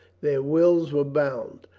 their wills were bound.